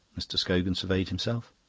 mr. scogan surveyed himself.